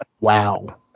wow